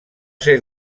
ser